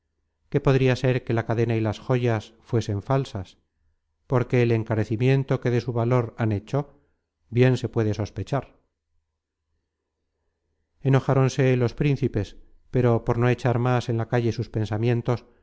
que podria ser que la cadena y las joyas fuesen falsas porque del encarecimiento que de su valor han hecho bien se puede sospechar enojáronse los principes pero por no echar más en la calle sus pensamientos